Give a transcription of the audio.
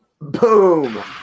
Boom